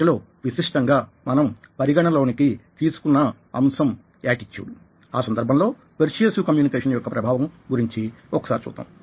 వాటిలో విశిష్టంగా మనం పరిగణనలోకి తీసుకున్న అంశం యాటిట్యూడ్ఆ సందర్భంలో పెర్స్యుయేసివ్ కమ్యూనికేషన్ యొక్క ప్రభావం గురించి ఒక్కసారి చూద్దాం